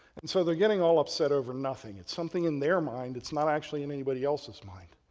and so, they're getting all upset over nothing, it's something in their mind, it's not actually in anybody else's mind.